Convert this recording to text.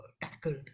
tackled